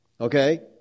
Okay